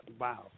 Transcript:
Wow